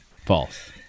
False